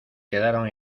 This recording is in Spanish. quedaron